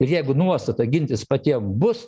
ir jeigu nuostata gintis patiem bus